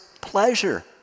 pleasure